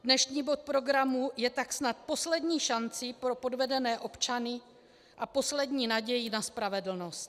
Dnešní bod programu je tak snad poslední šancí pro podvedené občany a poslední nadějí na spravedlnost.